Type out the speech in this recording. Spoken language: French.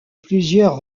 plusieurs